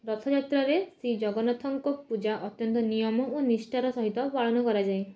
ରଥଯାତ୍ରାରେ ଶ୍ରୀ ଜଗନ୍ନାଥଙ୍କ ପୂଜା ଅତ୍ୟନ୍ତ ନିୟମ ଓ ନିଷ୍ଠାର ସହିତ ପାଳନ କରାଯାଏ